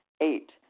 Eight